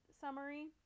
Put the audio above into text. summary